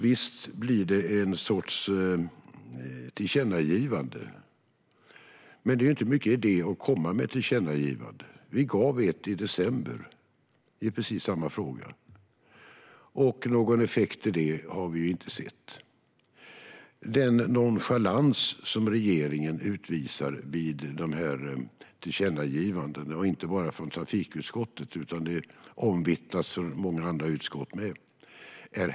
Visst blir det ett slags tillkännagivande i och med den reservation som återfinns där. Men det är inte mycket idé att göra ett tillkännagivande. Vi gjorde ett i december i precis samma fråga. Någon effekt av det har vi inte sett. Den nonchalans som regeringen visar vid tillkännagivanden är häpnadsväckande. Det gäller inte bara tillkännagivanden från trafikutskottet, utan detta vittnar många andra utskott också om.